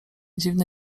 dziwny